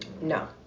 No